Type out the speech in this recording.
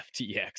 FTX